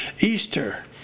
Easter